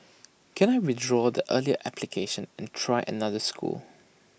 can I withdraw the earlier application and try another school